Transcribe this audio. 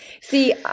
See